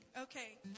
Okay